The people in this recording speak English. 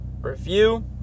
review